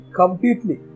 completely